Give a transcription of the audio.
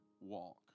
walk